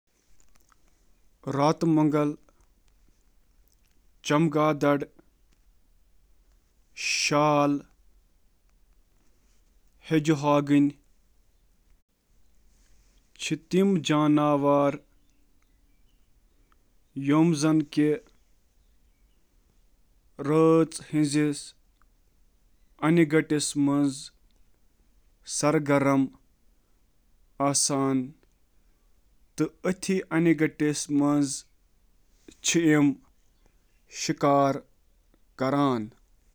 راتہٕ مۄغل تہٕ بیجر ہِوۍ جانوَر، یِم رٲژ دوران سرگرم چھِ آسان، چھِ ونٛنہٕ یِوان زِ تِم چھِ راتہٕ کُن آسان۔